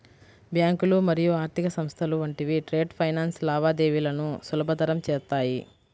బ్యాంకులు మరియు ఆర్థిక సంస్థలు వంటివి ట్రేడ్ ఫైనాన్స్ లావాదేవీలను సులభతరం చేత్తాయి